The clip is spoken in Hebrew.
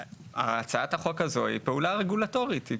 הצעת החוק הזו היא פעולה רגולטורית.